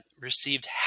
received